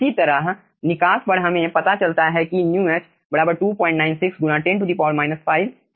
इसी तरह निकास पर हमें पता चलता है कि μh 296 गुणा 10 5 के बराबर है